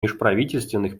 межправительственных